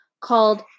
called